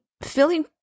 feeling